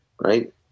right